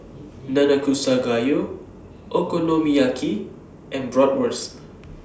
Nanakusa Gayu Okonomiyaki and Bratwurst